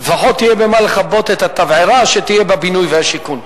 לפחות יהיה במה לכבות את התבערה שתהיה בבינוי והשיכון.